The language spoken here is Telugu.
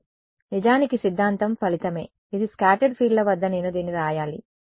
లేదు నిజానికి సిద్ధాంతం ఫలితమే ఇది స్కాటర్డ్ ఫీల్డ్ల వద్ద నేను దీన్ని వ్రాయాలి